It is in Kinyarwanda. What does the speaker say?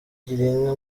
girinka